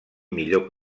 millor